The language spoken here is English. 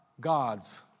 God's